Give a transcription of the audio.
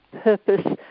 purpose